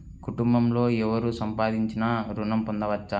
కుటుంబంలో ఎవరు సంపాదించినా ఋణం పొందవచ్చా?